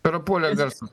prapuolė garsas